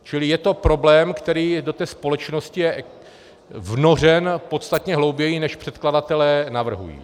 Čili je to problém, který je do té společnosti vnořen podstatně hlouběji, než předkladatelé navrhují.